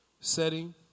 setting